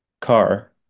car